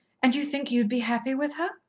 and you think you'd be happy with her?